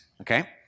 okay